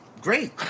great